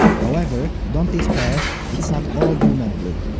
however, don't despair, it's not all doom and gloom.